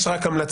יש רק המלצה,